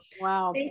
wow